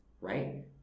right